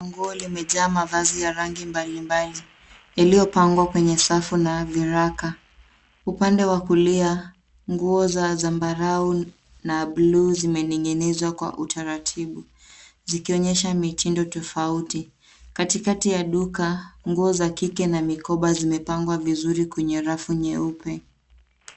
nguo limejaa mavazi ya rangi mbalimbali iliyopangwa kwenye safu na viraka . Upande wa kulia, nguo za zambarau na bluu zimening'inizwa kwa utaratibu zikionyesha mitindo tofauti . Katikati ya duka, nguo za kike na mikoba zimepangwa vizuri kwenye rafu nyeupe.